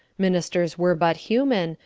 ministers were but human,